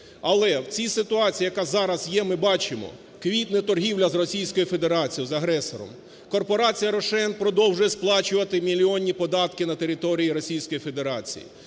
Але в цій ситуації, яка зараз є, ми бачимо квітне торгівля з Російською Федерацією, з агресором. Корпорація ROSHEN продовжує сплачувати мільйонні податки на території Російської Федерації.